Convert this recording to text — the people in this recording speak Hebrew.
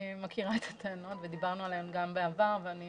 אני מכירה את הטענות ודיברנו עליהן גם בעבר ואני